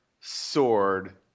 sword